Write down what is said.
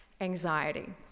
Anxiety